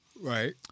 Right